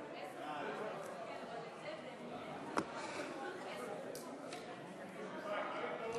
זכאות להטבות לקטועי ידיים על-פי הסכם הניידות),